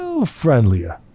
friendlier